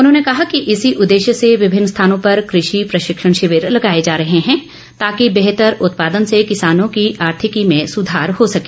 उन्होंने कहा कि इसी उददेश्य से विभिन्न स्थानों पर कृषि प्रशिक्षण शिविर लगाए जा रहे हैं ताकि बेहतर उत्पादन से किसानों की आर्थिकी में सुधार हो सके